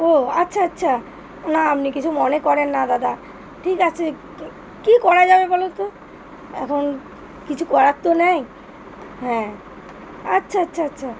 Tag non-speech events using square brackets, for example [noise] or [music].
ও আচ্ছা আচ্ছা না আপনি কিছু মনে করেন না দাদা ঠিক আছে [unintelligible] কী করা যাবে বলো তো এখন কিছু করার তো নেই হ্যাঁ আচ্ছা আচ্ছা আচ্ছা